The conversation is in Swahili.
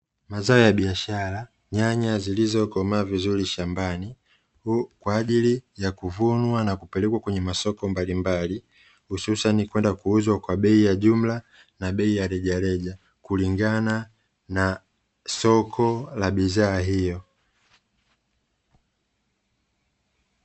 Mazao ya biashara. Nyanya zilizokomaa vizuri shambani kwa ajili ya kuvunwa na kupelekwa kwenye masoko mbalimbali hususani kwenda kuuzwa kwa bei ya jumla na bei ya rejareja, kulingana na soko la bidhaa hiyo.